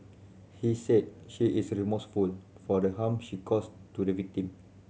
he said she is remorseful for the harm she caused to the victim